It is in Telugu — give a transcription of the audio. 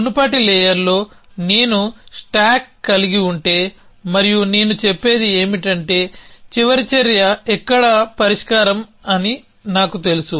మునుపటి లేయర్లో నేను స్టాక్ కలిగి ఉంటే మరియు నేను చెప్పేదేమిటంటే చివరి చర్య ఎక్కడ పరిష్కారం అని నాకు తెలుసు